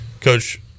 Coach